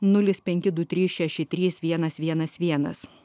nulis penki du trys šeši trys vienas vienas vienas